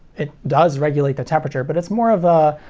it does regulate the temperature, but it's more of a,